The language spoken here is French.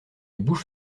bouche